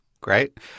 Great